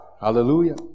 hallelujah